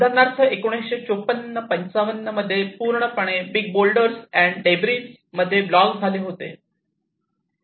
उदाहरणार्थ 1954 55 मध्ये पूर्णपणे बिग बोल्डर्स अँड डेब्रिज मध्ये ब्लॉक झाले होते